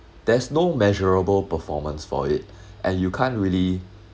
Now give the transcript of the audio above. there's no measurable performance for it and you can't really